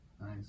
Nice